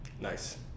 Nice